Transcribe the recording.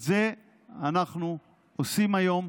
את זה אנחנו עושים היום.